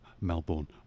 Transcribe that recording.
Melbourne